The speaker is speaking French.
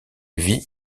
vit